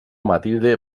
matilde